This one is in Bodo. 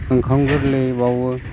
ओंखाम गोरलै बाउओ